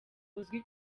uzwi